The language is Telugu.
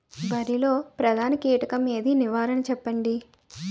వరిలో ప్రధాన కీటకం ఏది? నివారణ చెప్పండి?